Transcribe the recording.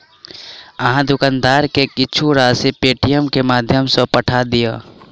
अहाँ दुकानदार के किछ राशि पेटीएमम के माध्यम सॅ पठा दियौ